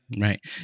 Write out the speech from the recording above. right